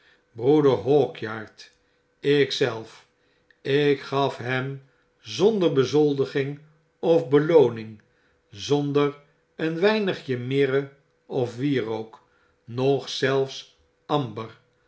broeder hawkyard ik zelf ik gafhemzonder bezoldiging of belooning zonder een weinigje mirre of wierook noch zelfs amber